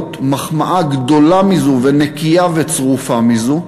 מחמאה גדולה מזו ונקייה וצרופה מזו,